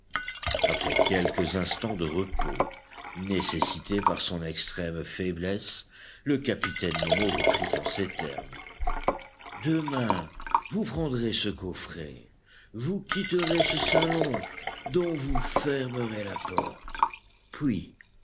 après quelques instants de repos nécessités par son extrême faiblesse le capitaine nemo reprit en ces termes demain vous prendrez ce coffret vous quitterez ce salon dont vous fermerez la porte puis